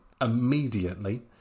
immediately